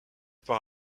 par